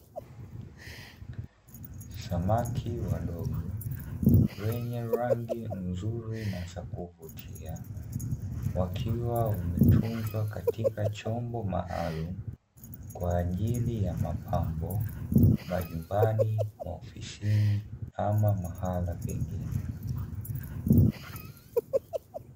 Samaki wadogo wenye rangi nzuri na za kuvutia wakiwa wametunzwa katika chombo maalamu kwa ajili ya mapambo majumbani, maofisini ama mahala pengine.